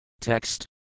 Text